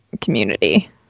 community